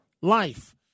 life